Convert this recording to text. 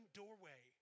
doorway